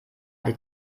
die